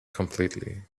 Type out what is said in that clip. completely